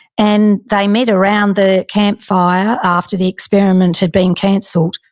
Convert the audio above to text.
and they met around the campfire after the experiment had been canceled.